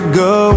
go